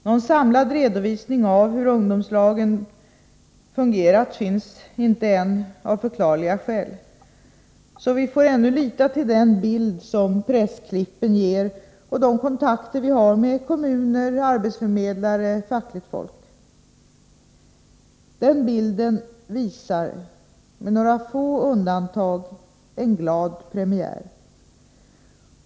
Någon samlad redovisning av hur ungdomslagen fungerat finns inte ännu, av förklarliga skäl. Så vi får ännu lita till den bild som pressklippen ger och de kontakter vi har med kommuner, arbetsförmedlare och fackligt folk. Den bilden visar en med några få undantag glad premiär.